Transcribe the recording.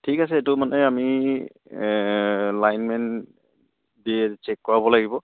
ঠিক আছে এইটো মানে আমি লাইনমেন দিয়ে চেক কৰাব লাগিব